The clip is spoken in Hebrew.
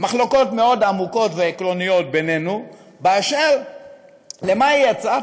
מחלוקות מאוד עמוקות ועקרוניות בינינו לגבי מהי הצעת